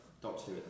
Doctor